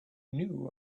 knew